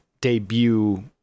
debut